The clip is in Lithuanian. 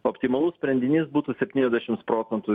optimalus sprendinys būtų septyniasdešims procentų